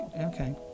okay